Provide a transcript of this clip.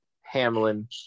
Hamlin